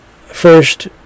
First